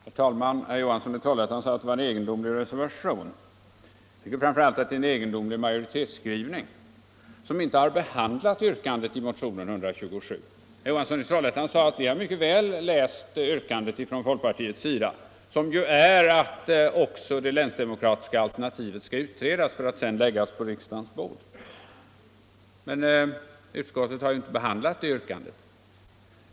Herr talman! Herr Johansson i Trollhättan sade att det var en egendomlig reservation. Jag tycker framför allt att det är en egendomlig majoritetsskrivning som inte har behandlat yrkandet i motionen 127. Herr Johansson i Trollhättan sade att han hade läst yrkandet från folkpartiets sida, som ju är att också det länsdemokratiska alternativet skall utredas för att sedan läggas på riksdagens bord. Men utskottet har inte behandlat det yrkandet.